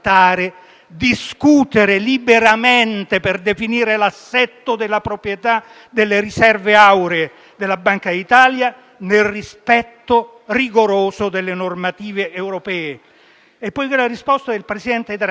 discutere liberamente per definire l'assetto della proprietà delle riserve auree della Banca d'Italia nel rispetto rigoroso delle normative europee. E, poi, la risposta del presidente Draghi,